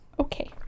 okay